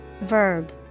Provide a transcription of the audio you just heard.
Verb